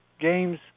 games